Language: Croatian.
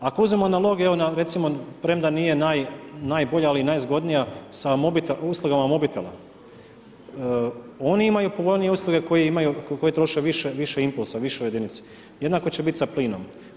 Ako uzmemo analogiju evo recimo premda nije najbolja ili najzgodnija sa uslugama mobitela, oni imaju povoljnije usluge koji troše više impulsa, višoj jedinici, jednako će biti sa plinom.